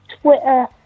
Twitter